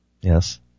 Yes